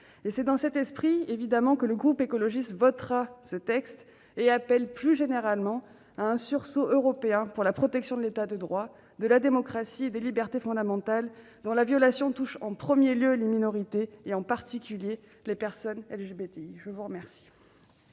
C'est dans cet esprit que le groupe écologiste votera évidemment ce texte. Nous appelons plus généralement à un sursaut européen pour la protection de l'État de droit, de la démocratie et des libertés fondamentales, dont la violation touche en premier lieu les minorités, en particulier les personnes LGBTI. La parole